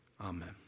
Amen